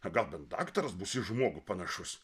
gal bent daktaras bus į žmogų panašus